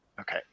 Okay